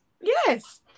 Yes